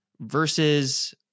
versus